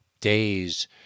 days